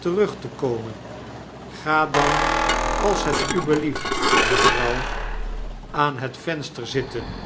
terug te komen ga dan als het u belieft mevrouw aan het venster zitten